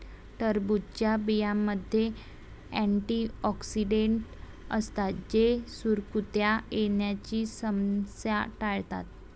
टरबूजच्या बियांमध्ये अँटिऑक्सिडेंट असतात जे सुरकुत्या येण्याची समस्या टाळतात